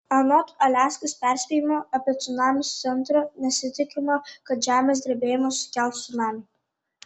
anot aliaskos perspėjimo apie cunamius centro nesitikima kad žemės drebėjimas sukels cunamį